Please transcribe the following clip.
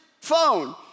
phone